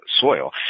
soil